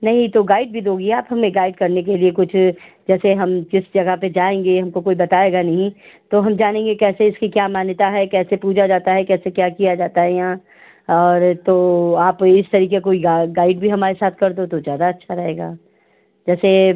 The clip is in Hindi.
नहीं तो गाइड भी दोगी आप हमें गाइड करने के लिए कुछ जैसे हम जिस जगह पर जाएँगे हमको कोई बताएगा नहीं तो हम जानेंगे कैसे इसकी क्या मान्यता है कैसे पूजा जाता है कैसे क्या किया जाता है यहाँ और तो आप इस तरीक़े कोई गाइड भी हमारे साथ कर दो तो ज़्यादा अच्छा रहेगा जैसे